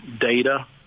data